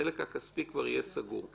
החלק הכספי כבר יהיה סגור.